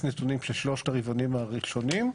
נתונים של שלושת הרבעונים הראשונים.